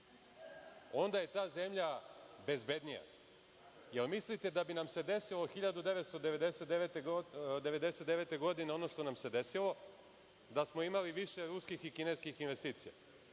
onda je ta zemlja bezbednija. Da li mislite da bi nam se desilo 1999. godine ono što nam se desilo da smo imali više ruskih i kineskih investicija?